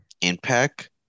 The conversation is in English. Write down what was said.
impact